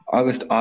August